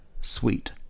sweet